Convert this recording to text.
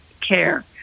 care